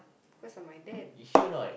because of my dad